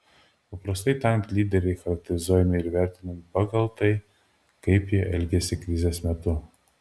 paprastai tariant lyderiai charakterizuojami ir vertinami pagal tai kaip jie elgiasi krizės metu